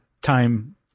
time